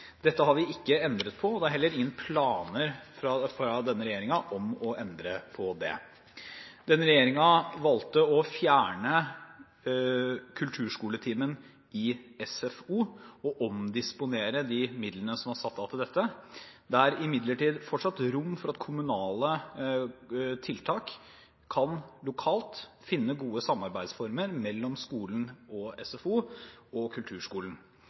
Dette har vi ikke endret på, og denne regjeringen har heller ingen planer om å endre på det. Denne regjeringen valgte å fjerne kulturskoletimen i SFO og omdisponere de midlene som var satt av til dette. Det er imidlertid fortsatt rom for at kommunale tiltak lokalt kan finne gode samarbeidsformer mellom skolen, SFO og kulturskolen.